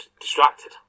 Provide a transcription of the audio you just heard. Distracted